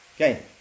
Okay